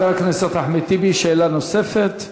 חבר הכנסת אחמד טיבי, שאלה נוספת.